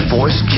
Force